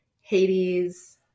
Hades